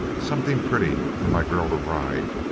something pretty for my girl to ride,